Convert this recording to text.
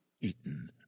eaten